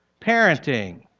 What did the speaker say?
parenting